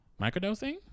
Microdosing